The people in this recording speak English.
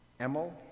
Emil